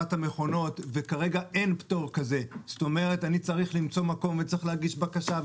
המכונות וכרגע אין פטור כזה אני צריך למצוא מקום ולהגיש בקשה,